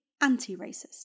anti-racist